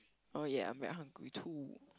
oh ya I'm very hungry too